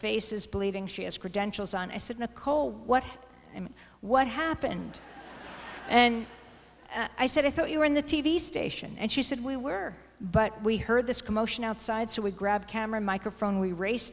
face is bleeding she has credentials on i said nicole what am i what happened and i said i thought you were in the t v station and she said we were but we heard this commotion outside so we grabbed camera microphone we race